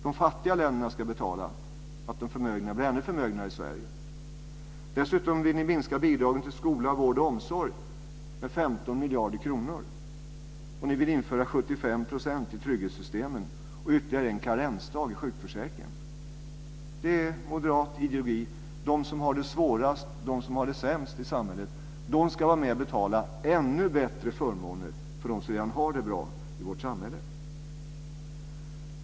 De fattiga länderna ska betala att de förmögna i Sverige blir ännu mer förmögna. Dessutom vill Moderaterna minska bidragen till skola, vård och omsorg med 15 miljarder kronor. Och ni vill införa 75 % ersättning i trygghetssystemen och ytterligare en karensdag i sjukförsäkringen. Det är moderat ideologi. De som har det svårast och sämst i samhället ska vara med och betala ännu bättre förmåner för dem som redan har det bra i vårt samhälle.